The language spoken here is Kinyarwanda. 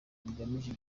hagamijwe